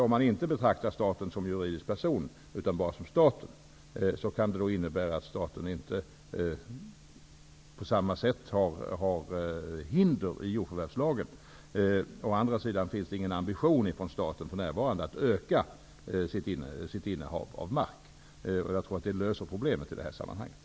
Om man inte betraktar staten som juridisk person utan bara som staten, kan det innebära att staten inte på samma sätt har hinder i jordförvärvslagen. Å andra sidan finns det inga ambitioner från statens sida att för närvarande öka sitt innehav av mark. Jag tror att det löser problemet i det här sammanhanget.